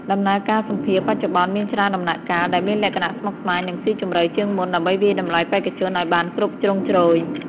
ដំណើរការសម្ភាសន៍បច្ចុប្បន្នមានច្រើនដំណាក់កាល ដែលមានលក្ខណៈស្មុគស្មាញ និងស៊ីជម្រៅជាងមុន ដើម្បីវាយតម្លៃបេក្ខជនឲ្យបានគ្រប់ជ្រុងជ្រោយ។